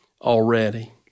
already